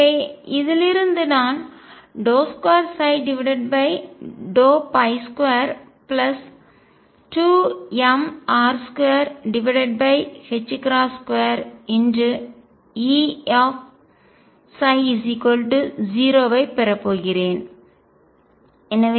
எனவே இதிலிருந்து நான் 222mR22 Eψ0 ஐப் பெறப்போகிறேன்